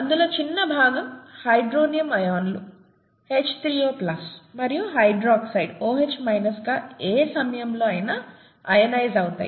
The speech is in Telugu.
అందులో చిన్న భాగం హైడ్రోనియం అయాన్లు H3O మరియు హైడ్రాక్సైడ్ OH గా ఏ సమయంలో అయినా అయోనైస్ అవుతాయి